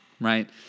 right